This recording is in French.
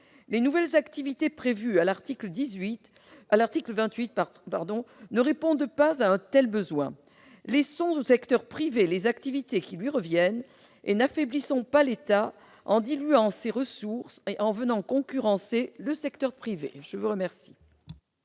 Les nouvelles activités prévues à l'article 28 ne répondent pas à un tel besoin. Laissons au secteur privé les activités qui lui reviennent ; n'affaiblissons pas l'État en diluant ses ressources dans une concurrence avec ledit secteur privé. La parole